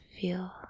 feel